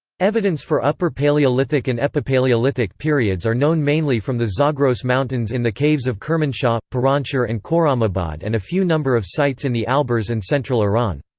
evidence for upper paleolithic and epipaleolithic periods are known mainly from the zagros mountains in the caves of kermanshah, piranshahr and khorramabad and a few number of sites in the alborz and central iran.